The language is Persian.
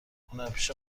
هنرپیشه